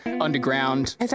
underground